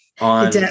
on